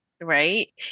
right